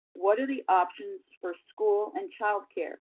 what are the options for school and childcare?